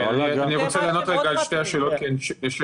אני רוצה לענות רגע על השאלות שהתערבבו.